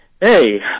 Hey